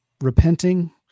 repenting